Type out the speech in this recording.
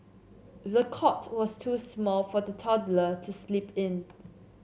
the cot was too small for the toddler to sleep in